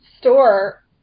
store